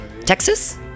Texas